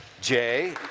Jay